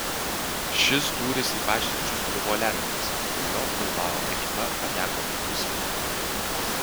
šis dūris į paširdžius buvo lemiamas po jo bilbao ekipa pateko į pusfinalį